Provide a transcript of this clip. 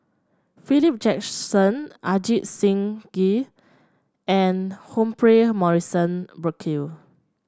Philip Jackson Ajit Singh Gill and Humphrey Morrison Burkill